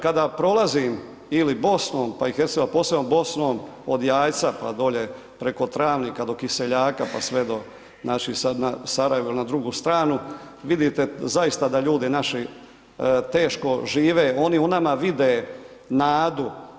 Kada prolazim ili Bosnom, pa i Hercegovinom, a posebno Bosnom od Jajca, pa dolje preko Travnika do Kiseljaka, pa sve do naših, sad Sarajevo ili na drugu stranu, vidite zaista da ljudi naši teško žive, oni u nama vide nadu.